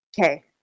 Okay